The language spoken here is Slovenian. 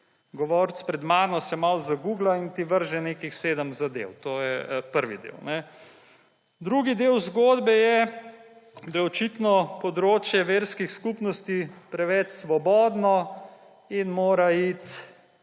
govorec pred mano, se malo zagugla in ti vrže nekih 7 zadev. To je prvi del. Drugi del zgodbe je, da je očitno področje verskih skupnosti preveč svobodno in mora iti